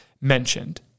mentioned